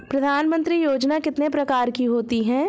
प्रधानमंत्री योजना कितने प्रकार की होती है?